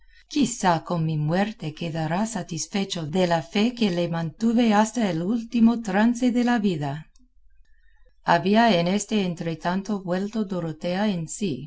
quizá con mi muerte quedará satisfecho de la fe que le mantuve hasta el último trance de la vida había en este entretanto vuelto dorotea en sí